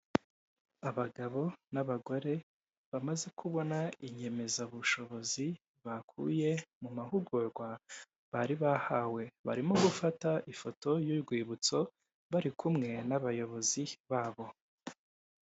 Abagabo n'abagore bamaze kubona inyemezabushobozi bakuye mu mahugurwa bari bahawe barimo gufata ifoto y'urwibutso bari kumwe n'abayobozi babo.